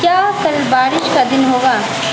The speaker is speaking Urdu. کیا کل بارش کا دن ہوگا